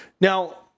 Now